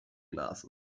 glasses